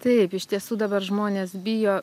taip iš tiesų dabar žmonės bijo